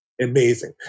amazing